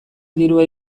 dirua